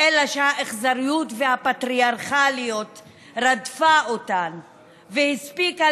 אלא שאכזריות ופטריארכליות רדפו אותן והספיקו